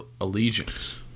allegiance